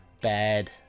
bad